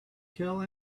kill